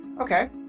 Okay